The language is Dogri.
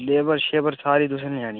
लेबर शेबर सारी तुसें लेआनी